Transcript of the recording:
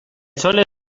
chole